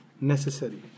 necessary